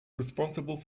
responsible